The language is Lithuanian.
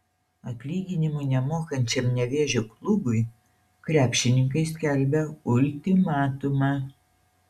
atlyginimų nemokančiam nevėžio klubui krepšininkai skelbia ultimatumą